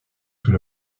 sous